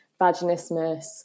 vaginismus